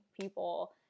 people